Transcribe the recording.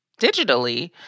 digitally